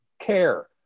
care